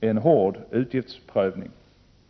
en hård utgiftsprövning.